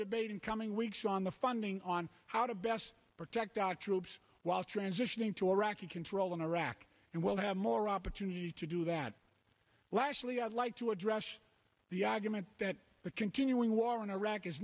debate in coming weeks on the funding on how to best protect our troops while transitioning to iraqi control in iraq and we'll have more opportunity to do that lastly i'd like to address the argument that the continuing war in iraq is